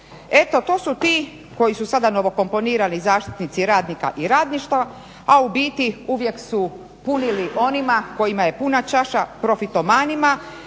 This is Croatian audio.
Eto to su ti koji su sada novo komponirani zaštiti radnika i radništva a u biti uvijek su punili onima kojima je puna čaša, profitomanima.